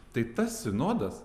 tai tas sinodas